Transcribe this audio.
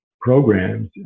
programs